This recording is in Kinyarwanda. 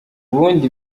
ubundi